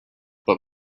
but